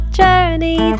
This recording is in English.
journey